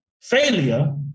failure